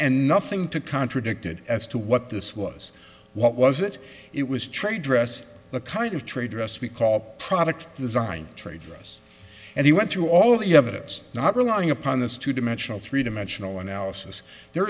and nothing to contradict it as to what this was what was it it was trade dress the kind of trade dress we call product design traitress and he went through all the evidence not relying upon this two dimensional three dimensional analysis there